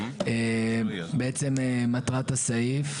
בעצם, מטרת הסעיף,